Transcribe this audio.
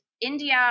India